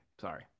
sorry